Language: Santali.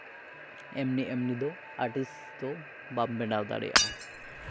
ᱮᱢᱱᱤ ᱮᱢᱱᱤ ᱫᱚ ᱟᱴᱤᱥ ᱫᱚ ᱵᱟᱢ ᱵᱮᱱᱟᱣ ᱫᱟᱲᱮᱭᱟᱜᱼᱟ